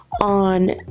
on